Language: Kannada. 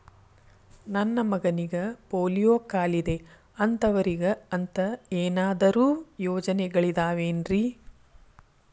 ನನ್ನ ಮಗನಿಗ ಪೋಲಿಯೋ ಕಾಲಿದೆ ಅಂತವರಿಗ ಅಂತ ಏನಾದರೂ ಯೋಜನೆಗಳಿದಾವೇನ್ರಿ?